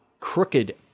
crooked